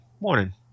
morning